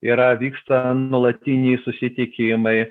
yra vyksta nuolatiniai susitikimai